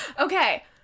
Okay